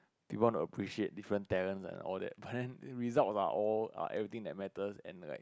do you want to appreciate different talents and all that but then results are all are everything that matters and like